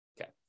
Okay